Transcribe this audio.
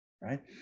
right